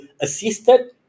assisted